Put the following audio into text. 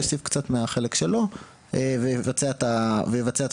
יוסיף קצת מהחלק שלו ויבצע את התשתית.